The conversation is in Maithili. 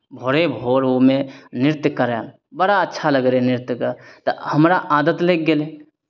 भोरे भोर ओहिमे नृत्य करय बड़ा अच्छा लगैत रहय नृत्यके तऽ हमरा आदत लागि गेलै